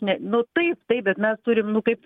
ne nu taip taip bet mes turim nu kaip